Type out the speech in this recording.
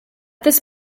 this